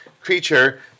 creature